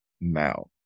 now